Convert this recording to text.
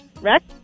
Rex